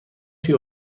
توی